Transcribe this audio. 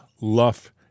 Luff